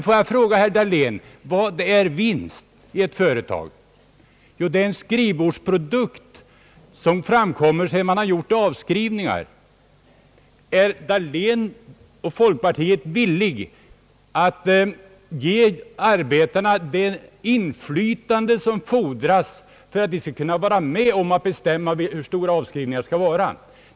Låt mig fråga herr Dahlén: Vad är vinst i ett företag? Jo, det är en skrivbordsprodukt som framkommer sedan man har gjort avskrivningar. Är herr Dahlén och folkpartiet villiga att ge arbetarna det inflytande som fordras för att de skall kunna vara med och bestämma hur stora avskrivningarna skall vara?